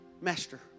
Master